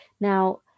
Now